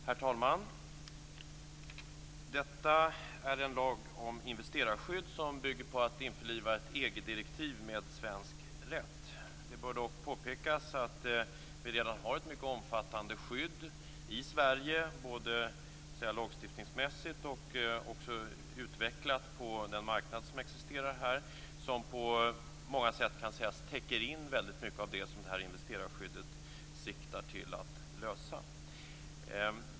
Herr talman! Det gäller alltså en lag om investerarskydd som bygger på att införliva ett EG-direktiv med svensk rätt. Det bör dock påpekas att vi redan har ett mycket omfattande skydd i Sverige, både lagstiftningsmässigt och utvecklat på den marknad som existerar här, som på många sätt kan sägas täcker in väldigt mycket av det som det här investerarskyddet siktar till att lösa.